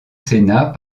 sénat